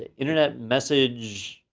internet message,